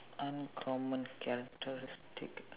uncommon characteristic